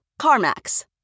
CarMax